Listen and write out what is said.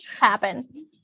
happen